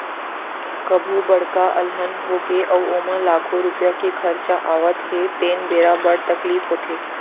कभू बड़का अलहन होगे अउ ओमा लाखों रूपिया के खरचा आवत हे तेन बेरा बड़ तकलीफ होथे